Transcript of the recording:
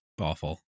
awful